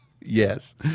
Yes